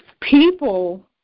people